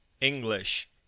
English